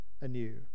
anew